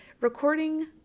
recording